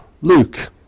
Luke